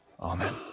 Amen